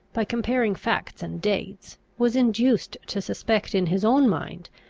by comparing facts and dates, was induced to suspect in his own mind,